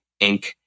Inc